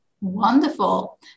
Wonderful